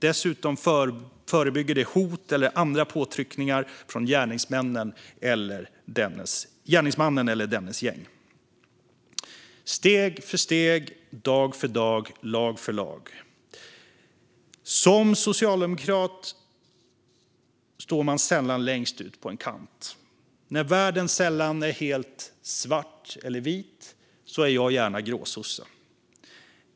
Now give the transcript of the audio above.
Dessutom förebygger det hot eller andra påtryckningar från gärningsmannen eller dennes gäng. Steg för steg. Dag för dag. Lag för lag. Som socialdemokrat står man sällan längst ut på en kant. När världen sällan är helt svart eller vit är jag gärna en gråsosse.